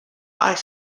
eye